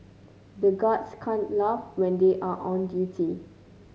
the guards can't laugh when they are on duty